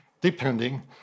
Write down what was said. depending